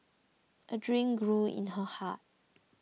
a dream grew in her heart